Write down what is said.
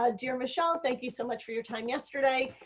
ah dear michelle, thank you so much for your time yesterday.